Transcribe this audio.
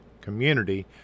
community